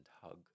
hug